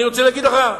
אני רוצה להגיד לך,